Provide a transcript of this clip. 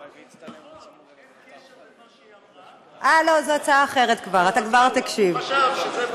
נכון, נכון, אין קשר בין